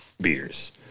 beers